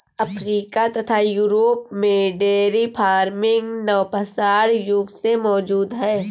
Africa तथा Europe में dairy farming नवपाषाण युग से मौजूद है